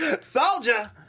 Soldier